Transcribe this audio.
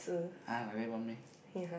!huh! like that one meh